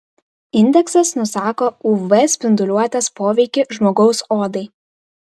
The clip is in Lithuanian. indeksas nusako uv spinduliuotės poveikį žmogaus odai